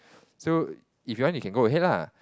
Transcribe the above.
so if you want you can go ahead lah